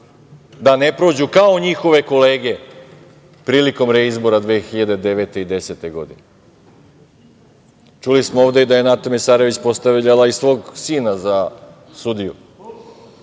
da ne prođu kao njihove kolege prilikom reizbora 2009. i 2010. godine. Čuli smo ovde da je Nata Mesarović postavljala i svog sina za sudiju.